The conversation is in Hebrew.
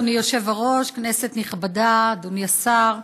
אדוני היושב-ראש, כנסת נכבדה, אדוני השר,